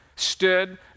stood